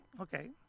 Okay